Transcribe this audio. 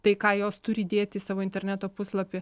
tai ką jos turi dėt į savo interneto puslapį